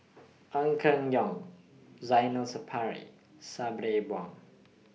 Ong Keng Yong Zainal Sapari Sabri Buang